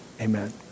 amen